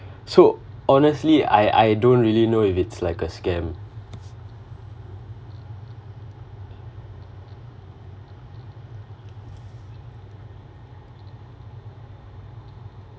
so honestly I I don't really know if it's like a scam